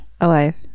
Alive